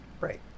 right